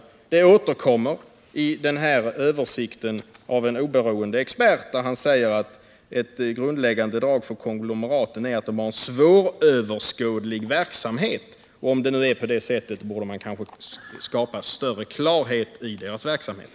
Den uppfattningen återkommer i den översikt som har gjorts av en oberoende expert, där det sägs att ett grundläggande drag för konglomeraten är att de har en svåröverskådlig verksamhet. Om det nu är så, borde man kanske försöka skapa större klarhet i deras verksamhet.